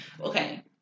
Okay